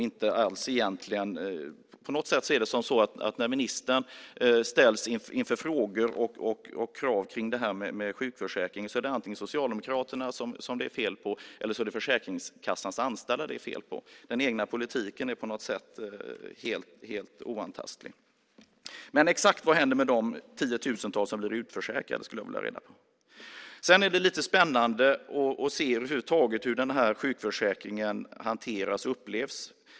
På något sätt är det så att när ministern ställs inför frågor och krav kring sjukförsäkringen är det antingen Socialdemokraterna eller Försäkringskassans anställda som det är fel på. Den egna politiken är på något sätt helt oantastlig. Men jag skulle vilja veta exakt vad som händer med de tiotusentals som blir utförsäkrade. Sedan är det lite spännande över huvud taget att se hur den här sjukförsäkringen hanteras och upplevs.